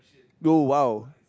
no !wow!